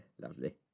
Lovely